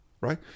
right